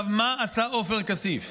מה עשה עופר כסיף?